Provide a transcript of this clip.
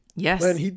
Yes